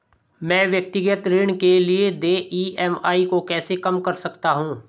मैं व्यक्तिगत ऋण के लिए देय ई.एम.आई को कैसे कम कर सकता हूँ?